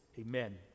Amen